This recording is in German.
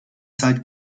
zeit